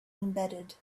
embedded